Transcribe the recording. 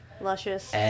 Luscious